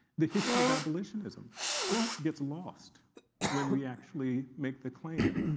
the history of abolitionism gets lost when we actually make the claim